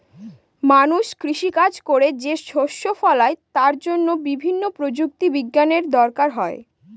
মানুষ কৃষি কাজ করে যে শস্য ফলায় তার জন্য বিভিন্ন প্রযুক্তি বিজ্ঞানের দরকার হয়